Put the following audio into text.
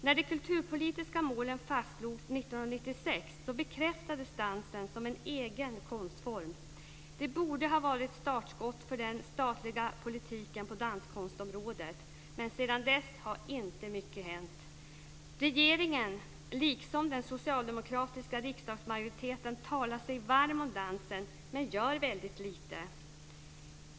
När de kulturpolitiska målen fastslogs 1996 bekräftades dansen som en egen konstform. Det borde ha varit startskottet för den statliga politiken på danskonstområdet, men sedan dess har inte mycket hänt. Regeringen, liksom den socialdemokratiska riksdagsmajoriteten, talar sig varm för dansen men gör väldigt lite.